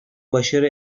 başarı